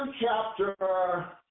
chapter